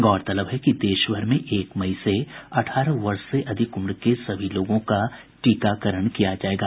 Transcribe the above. गौरतलब है कि देश भर में एक मई से अठारह वर्ष से अधिक उम्र के सभी लोगों का टीकाकरण किया जायेगा